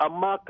Ama